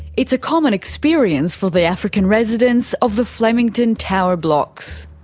it's a common experience for the african residents of the flemington tower blocks.